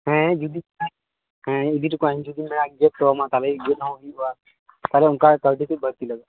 ᱦᱮᱸ ᱡᱩᱫᱤ ᱦᱮᱸ ᱤᱫᱤ ᱦᱚᱴᱚ ᱠᱟᱜ ᱟᱹᱧ ᱡᱩᱫᱤᱢ ᱢᱮᱱᱟ ᱜᱮᱫ ᱦᱚᱴᱚ ᱟᱢᱟ ᱛᱟᱦᱚᱞᱮ ᱜᱮᱫ ᱦᱚᱸ ᱦᱩᱭᱩᱜᱼᱟ ᱛᱟᱦᱚᱞᱮ ᱚᱱᱠᱟ ᱠᱟᱹᱣᱰᱤ ᱠᱟᱹᱡ ᱵᱟᱹᱲᱛᱤ ᱞᱟᱜᱟᱜᱼᱟ